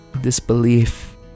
disbelief